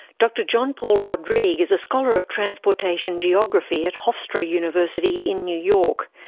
dr jean-paul rodrigue is a scholar of transportation geography at hofstra university in new york.